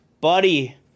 Buddy